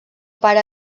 pare